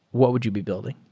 what would you be building?